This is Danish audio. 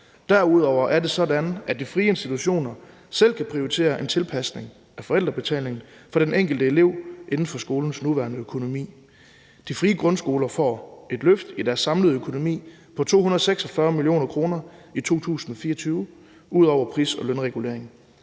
Derudover er det sådan, at de frie institutioner selv kan prioritere en tilpasning af forældrebetalingen for den enkelte elev inden for skolens nuværende økonomi. De frie grundskoler får et løft i deres samlede økonomi på 246 mio. kr. i 2024 ud over pris- og lønregulering.